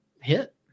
hit